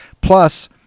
Plus